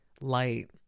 light